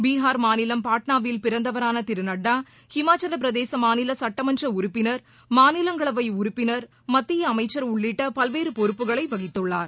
பீகார் மாநிலம் பாட்னாவில் பிறந்தவரான திரு நட்டா இமாச்சல பிரதேச மாநில சுட்டமன்ற உறப்பினர் மாநிலங்களவை உறுப்பினர் மத்திய அமைச்சர் உள்ளிட்ட பல்வேறு பொறுப்புகளை வகித்துள்ளார்